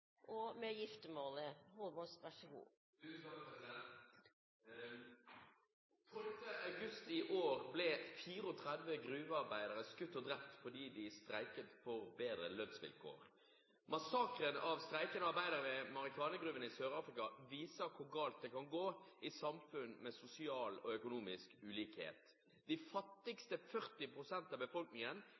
med giftermålet! Tusen takk, president! Den 16. august i år ble 34 gruvearbeidere skutt og drept fordi de streiket for bedre lønnsvilkår. Massakren av streikende arbeidere ved Marikana-gruvene i Sør-Afrika viser hvor galt det kan gå i samfunn med sosial og økonomisk ulikhet. De fattigste 40 pst. av befolkningen